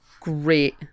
great